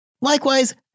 Likewise